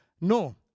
No